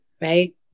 right